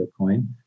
Bitcoin